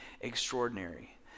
extraordinary